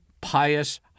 pious